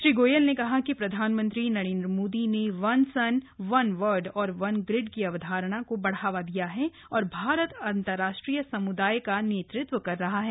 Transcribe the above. श्री गोयल ने कहा कि प्रधानमंत्री नरेंद्र मोदी ने one sun one world one grid की अवधारणा को बढ़ावा दिया है और भारत अंतर्राष्ट्रीय समुदाय का नेतृत्व कर रहा है